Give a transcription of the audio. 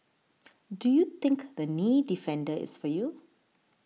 do you think the Knee Defender is for you